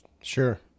Sure